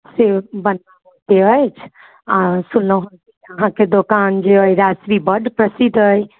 से बनाबयके अछि आ सुनलहुँ हेँ जे अहाँके दुकान जे अछि राजश्री बड्ड प्रसिद्ध अछि